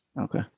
Okay